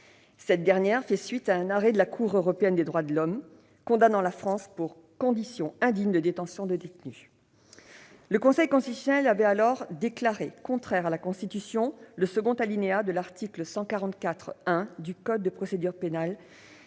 Cette dernière fait suite à un arrêt de la Cour européenne des droits de l'homme condamnant la France pour conditions indignes de détention de détenus. Le Conseil constitutionnel avait alors déclaré contraire à la Constitution le second alinéa de l'article 144-1 du code de procédure pénale